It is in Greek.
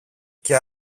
και